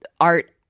art